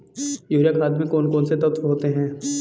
Urea खाद में कौन कौन से तत्व होते हैं?